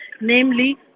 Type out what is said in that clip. namely